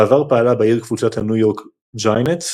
בעבר פעלה בעיר קבוצת הניו יורק ג'איינטס